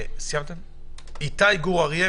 ד"ר איתי גור אריה,